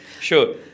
Sure